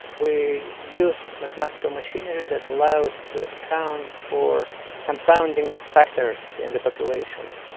we used mathematical machinery that allows to account for confounding factors in the population,